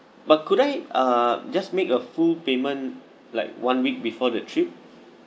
but could I uh just make a full payment like one week before the trip